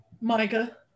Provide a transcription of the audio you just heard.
Monica